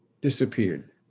Disappeared